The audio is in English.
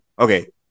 Okay